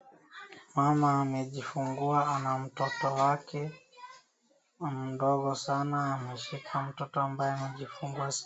Mama amejifungua na mtoto wake mdogo sana, ameshika mtoto ambaye amejifungua ss....